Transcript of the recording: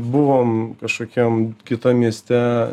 buvom kažkokiam kitam mieste